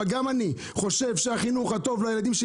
גם אני חושב שהחינוך הטוב לילדים שלי